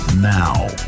Now